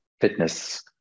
fitness